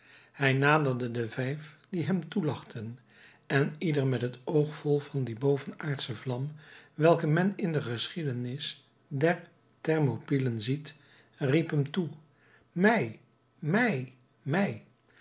hij naderde de vijf die hem toelachten en ieder met het oog vol van die bovenaardsche vlam welke men in de geschiedenis der thermopylen ziet riep hem toe mij mij mij